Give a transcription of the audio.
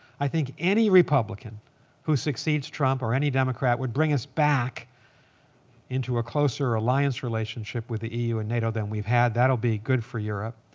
i think any republican who succeeds trump or any democrat would bring us back into a closer alliance relationship with the eu and nato than we've had. that'll be good for europe.